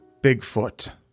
Bigfoot